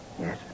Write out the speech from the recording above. Yes